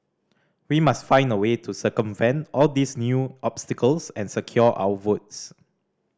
we must find a way to circumvent all these new obstacles and secure our votes